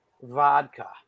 vodka